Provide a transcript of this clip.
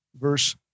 verse